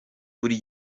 buri